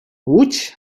łódź